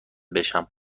بشم